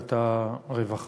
בוועדת הרווחה.